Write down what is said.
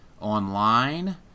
online